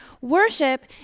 Worship